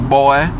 boy